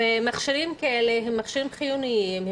ומכשירים כאלה הם מכשירים חיוניים,